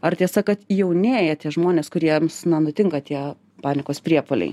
ar tiesa kad jaunėja tie žmonės kuriems na nutinka tie panikos priepuoliai